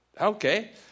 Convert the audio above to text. Okay